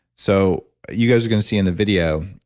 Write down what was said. so, you guys are going to see in the video,